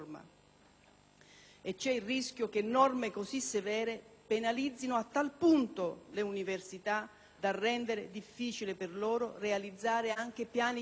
C'è il rischio che norme così severe penalizzino a tal punto le università da rendere difficile per loro realizzare anche i piani di rientro